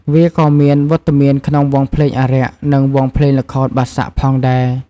វាក៏មានវត្តមានក្នុងវង់ភ្លេងអារក្ស និងវង់ភ្លេងល្ខោនបាសាក់ផងដែរ។